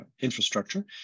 infrastructure